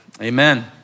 amen